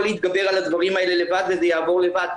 להתגבר על הדברים האלה לבד וזה יעבור לבד.